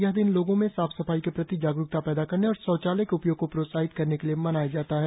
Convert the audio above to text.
यह दिन लोगों में साफ सफाई के प्रति जागरूकता पैदा करने और शौचालय के उपयोग को प्रोत्साहित करने के लिए मनाया जाता है